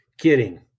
kidding